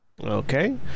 Okay